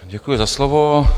Děkuji za slovo.